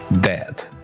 dead